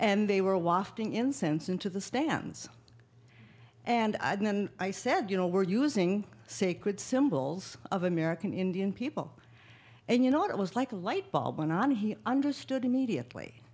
and they were wafting incense into the stands and i didn't and i said you know we're using sacred symbols of american indian people and you know what it was like a light bulb went on he understood immediately